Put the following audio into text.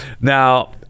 now